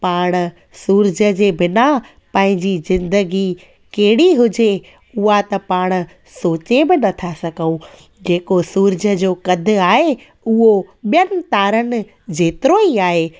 पाण सूरज जे बिना पंहिंजी ज़िंदगी कहिड़ी हुजे उहो त पाण सोचे बि नथा सघऊं जेको सूरज जो कद आहे उहो ॿियनि तारनि जेतिरो ई आहे